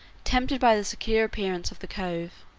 tempted by the secure appearance of the cove,